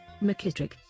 McKittrick